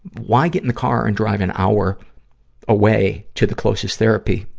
why get in the car and drive an hour away to the closest therapy,